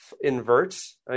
inverts